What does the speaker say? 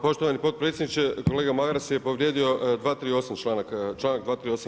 Poštovani potpredsjedniče, kolega Maras je povrijedio 238. članak, članak 238.